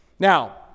Now